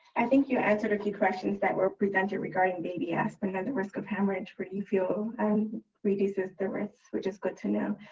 i think you answered a few questions that were presented regarding baby aspirin and the risk of hemorrhage where you feel and reduces the risk, which is good to know.